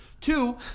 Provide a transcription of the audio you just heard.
Two